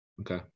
Okay